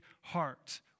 heart